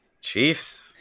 chiefs